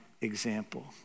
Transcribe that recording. example